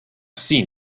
seen